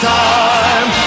time